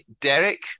Derek